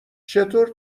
چطور